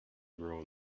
grow